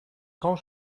grand